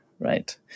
Right